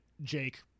Jake